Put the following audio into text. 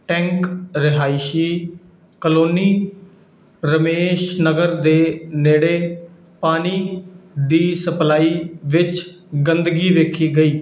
tank ਰਿਹਾਇਸ਼ੀ colony Ramesh Nagar ਦੇ ਨੇੜੇ ਪਾਣੀ ਦੀ ਸਪਲਾਈ ਵਿੱਚ ਗੰਦਗੀ ਵੇਖੀ ਗਈ